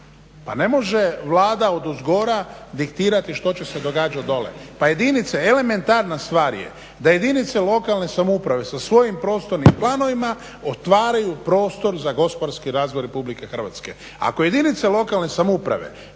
Pa ne može Vlada odozgora diktirati što će se događati dolje. Pa jedinice elementarna stvar je da jedinice lokalne samouprave sa svojim prostornim planovima otvaraju prostor za gospodarski razvoj RH. Ako jedinice lokalne samouprave